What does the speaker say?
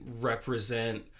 represent